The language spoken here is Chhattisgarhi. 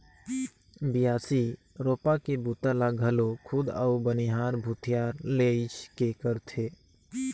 बियासी, रोपा के बूता ल घलो खुद अउ बनिहार भूथिहार लेइज के करथे